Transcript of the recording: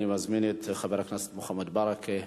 אני מזמין את חבר הכנסת מוחמד ברכה,